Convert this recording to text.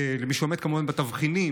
למי שעומד בתבחינים,